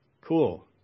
Cool